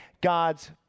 God's